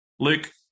Luke